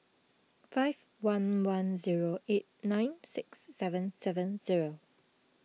five one one zero eight nine six seven seven zero